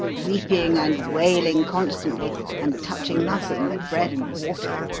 weeping and wailing constantly and touching nothing but bread and water.